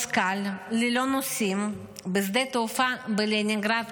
קל ללא נוסעים בשדה התעופה בלנינגרד,